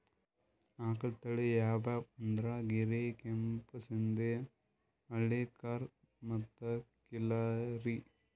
ಆಕಳ್ ತಳಿ ಯಾವ್ಯಾವ್ ಅಂದ್ರ ಗೀರ್, ಕೆಂಪ್ ಸಿಂಧಿ, ಹಳ್ಳಿಕಾರ್ ಮತ್ತ್ ಖಿಲ್ಲಾರಿ